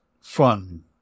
fun